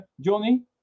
Johnny